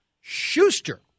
Schuster